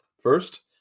First